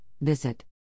visit